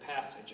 passage